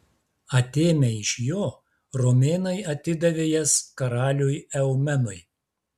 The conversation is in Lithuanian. atėmę iš jo romėnai atidavė jas karaliui eumenui